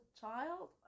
child